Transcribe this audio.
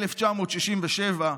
1967,